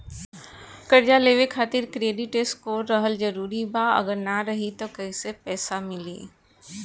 कर्जा लेवे खातिर क्रेडिट स्कोर रहल जरूरी बा अगर ना रही त कैसे मिली?